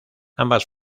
ambas